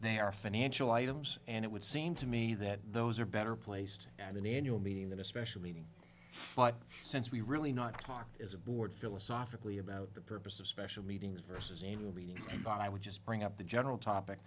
they are financial items and it would seem to me that those are better placed at an annual meeting than a special meeting but since we really not talk as a board philosophically about the purpose of special meetings versus even reading about i would just bring up the general topic